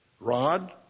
Rod